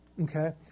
okay